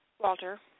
Walter